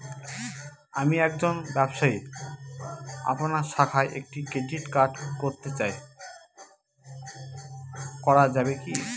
আমি একজন ব্যবসায়ী আপনার শাখায় একটি ক্রেডিট কার্ড করতে চাই করা যাবে কি?